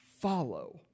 Follow